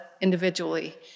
individually